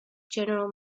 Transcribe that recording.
general